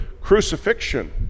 crucifixion